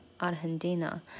Argentina